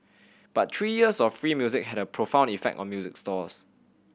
but three years of free music had a profound effect on music stores